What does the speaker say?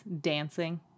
dancing